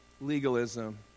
legalism